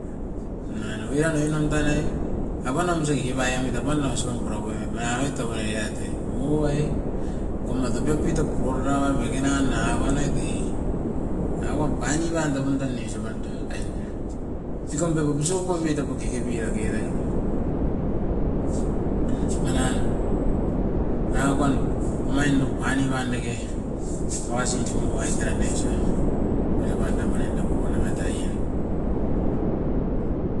Nanga ko oinom tanoi apan nim osa keke pai amit apaun ausipam pura poimit, manan oit toko oirat oin, mu ai kumato piop itop porora dake nan nangako noit ne. Awam paini panda pamdan nioso panda aindaie. Sikom pep opuso kokotei taup o kekebira kerai, manan nanga kon omain nom aine pan dake. Makasin muai teran aisa odipan tamanain tapuko nawat ai en.